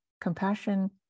compassion